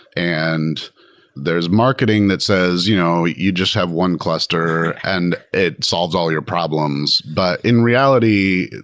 and there is marketing that says, you know you just have one cluster, and it solves all your problems. but in reality,